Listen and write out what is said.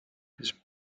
his